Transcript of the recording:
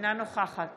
אינה נוכחת